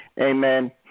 Amen